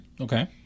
Okay